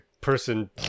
person